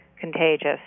contagious